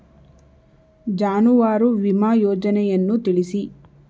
ಜಾನುವಾರು ವಿಮಾ ಯೋಜನೆಯನ್ನು ತಿಳಿಸಿ?